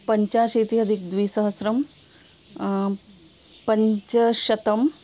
पञ्चाशीति अधिकद्विसहस्रं पञ्चशतम्